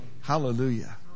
hallelujah